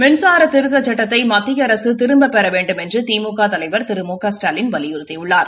மின்சார திருத்தச் சட்டத்தை மத்திய அரசு திரும்பப்பெற வேண்டுமென்று திமுக தலைவா் திரு மு க ஸ்டாலின் வலியுறுத்தியுள்ளார்